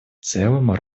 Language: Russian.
целом